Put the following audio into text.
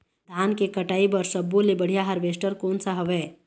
धान के कटाई बर सब्बो ले बढ़िया हारवेस्ट कोन सा हवए?